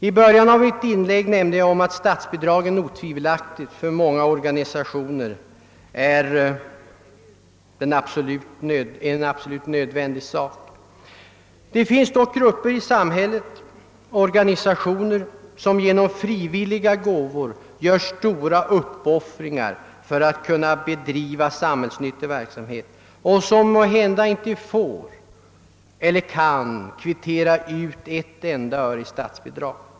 I början av mitt inlägg nämnde jag att statsbidragen otvivelaktigt för många organisationer är en absolut nödvändig betingelse. Det finns dock grupper i samhället — organisationer — som genom frivilliga gåvor gör stora uppoffringar för att kunna bedriva samhällsnyttig verksamhet och som måhända inte får eller kan kvittera ut ett enda öre i statsbidrag.